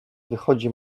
wychodzi